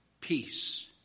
peace